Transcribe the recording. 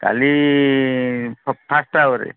କାଲି ଫାଷ୍ଟ ଆୱାରରେ